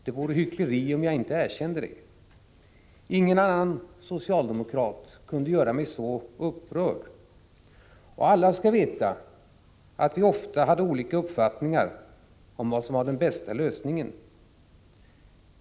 Det vore hyckleri om jag inte erkände det. Ingen annan socialdemokrat kunde göra mig så upprörd. Och alla skall veta att vi ofta hade olika uppfattningar om vad som var den bästa lösningen.